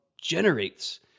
generates